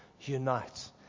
unite